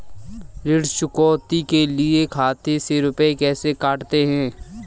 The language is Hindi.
ऋण चुकौती के लिए खाते से रुपये कैसे कटते हैं?